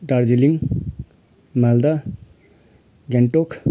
Darjeeling Malda Gangtok